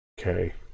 Okay